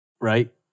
right